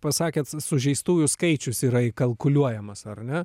pasakėt sužeistųjų skaičius yra įkalkuliuojamas ar ne